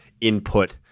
input